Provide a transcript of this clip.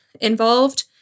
involved